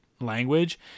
language